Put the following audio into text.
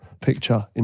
picture